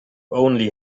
only